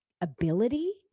ability